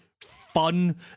fun